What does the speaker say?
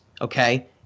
okay